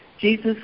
Jesus